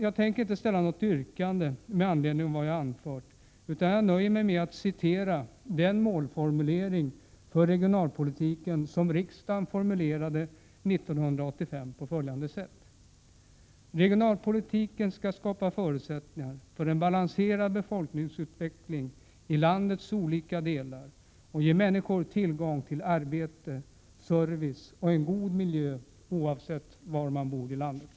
Jag tänker inte ställa något yrkande med anledning av vad jag anfört, utan jag nöjer mig med att återge den målformulering för regionalpolitiken som riksdagen formulerade 1985 på följande sätt. Regionalpolitiken skall skapa förutsättningar för en balanserad befolkningsutveckling i landets olika delar och ge människor tillgång till arbete, service och en god miljö oavsett var de bor i landet.